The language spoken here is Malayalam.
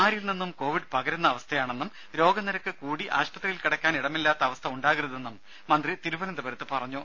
ആരിൽ നിന്നും കോവിഡ് പകരുന്ന അവസ്ഥയാണെന്നും രോഗനിരക്ക് കൂടി ആശുപത്രിയിൽ കിടക്കാൻ ഇടമില്ലാത്ത അവസ്ഥ ഉണ്ടാക്കരുതെന്നും മന്ത്രി തിരുവന്തപുരത്ത് പറഞ്ഞു